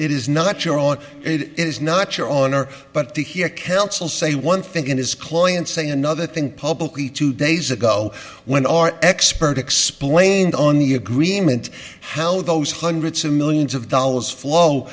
it is not your own it is not your honor but to hear celts will say one thing in his client saying another thing publicly two days ago when our expert explained on the agreement how those hundreds of millions of dollars flow